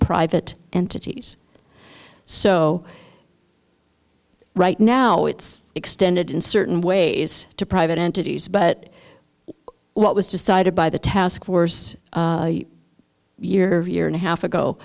private entities so right now it's extended in certain ways to private entities but what was decided by the taskforce year of year and a half ago